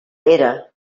era